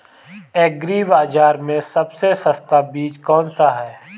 Agree बाज़ार में सबसे सस्ता बीज कौनसा है?